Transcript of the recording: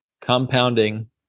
compounding